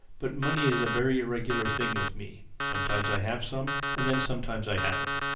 but money is a very irregular thing with me sometimes i have some, and then sometimes i haven't.